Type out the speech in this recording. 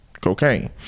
cocaine